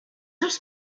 els